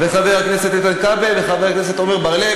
חבר הכנסת איתן כבל וחבר הכנסת עמר בר-לב.